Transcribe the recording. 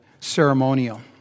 ceremonial